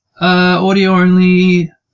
audio-only